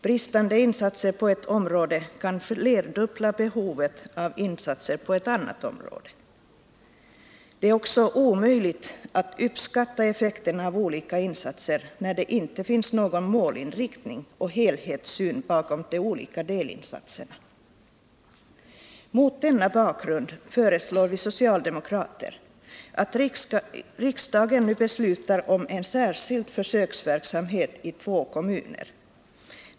Bristande insatser på ett område kan flerdubbla behovet av insatser på ett annat område. Det är också omöjligt att uppskatta effekten av olika insatser när det inte finns någon målinriktning och helhetssyn bakom de olika delinsatserna. Mot denna bakgrund föreslår vi socialdemokrater att riksdagen nu beslutar om en särskild försöksverksamhet i två kommuner.